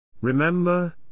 Remember